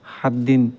সাত দিন